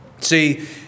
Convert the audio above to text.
See